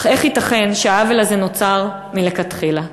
איך ייתכן שהעוול הזה נוצר מלכתחילה?